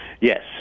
Yes